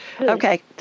Okay